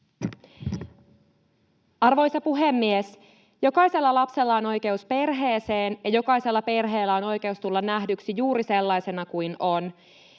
Arvoisa puhemies! Jokaisella lapsella on oikeus perheeseen ja jokaisella perheellä on oikeus tulla nähdyksi juuri sellaisena kuin on.